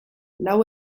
lau